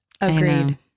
Agreed